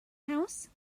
house